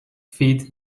feed